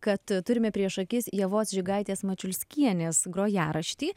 kad turime prieš akis ievos žigaitės mačiulskienės grojaraštį